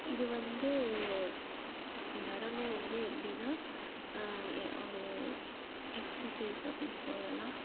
இது வந்து நடனம் வந்து எப்படின்னா ஒரு எக்ஸசைஸ் அப்படின்னு சொல்லலாம்